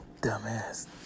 Dumbass